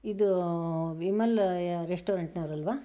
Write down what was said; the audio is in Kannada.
ಇದು ವಿಮಲ್ ರೆಸ್ಟೋರೆಂಟ್ನವರು ಅಲ್ವಾ